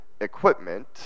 equipment